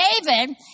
david